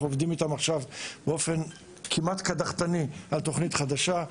אנחנו עובדים איתם עכשיו באופן כמעט קדחתני על תכנית חדשה.